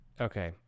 Okay